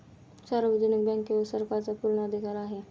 सार्वजनिक बँकेवर सरकारचा पूर्ण अधिकार आहे